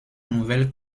nouvelle